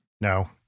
No